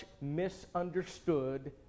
misunderstood